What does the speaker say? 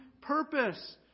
purpose